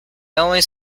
always